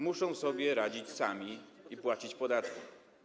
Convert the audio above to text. Muszą sobie radzić sami i płacić podatki.